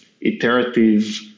iterative